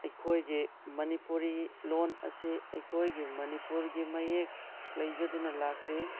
ꯑꯩꯈꯣꯏꯒꯤ ꯃꯅꯤꯄꯨꯔꯤ ꯂꯣꯟ ꯑꯁꯤ ꯑꯩꯈꯣꯏꯒꯤ ꯃꯅꯤꯄꯨꯔꯒꯤ ꯃꯌꯦꯛ